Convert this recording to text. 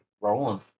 rolling